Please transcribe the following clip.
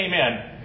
amen